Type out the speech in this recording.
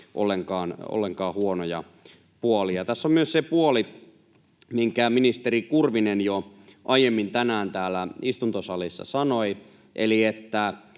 ollenkaan huonoja puolia. Tässä on myös se puoli, minkä ministeri Kurvinen jo aiemmin tänään täällä istuntosalissa sanoi, eli että